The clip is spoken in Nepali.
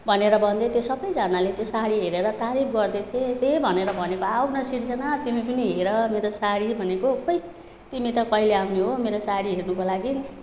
भनेर भन्दैथियो सबैजनाले साडी हेरेर तारिफ गर्दैथिए त्यही भनेर भनेको आऊ न शृजना तिमी पनि हेर मेरो साडी भनेको खै तिमी त कहिले आउने हो मेरो साडी हेर्नुको लागि